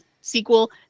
sequel